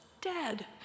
dead